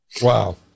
wow